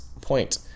point